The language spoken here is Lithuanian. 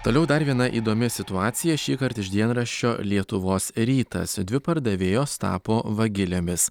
toliau dar viena įdomi situacija šįkart iš dienraščio lietuvos rytas dvi pardavėjos tapo vagilėmis